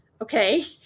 Okay